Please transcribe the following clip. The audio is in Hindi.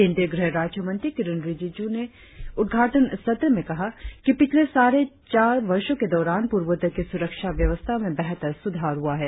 केंद्रीय गृहराज्य मंत्री किरेन रिजिजू ने उद्घाटन सत्र में कहा कि पिछले साढ़े चार वर्षों के दौरान पूर्वोत्तर की सुरक्षा व्यवस्था में बेहतर सुधार हुआ है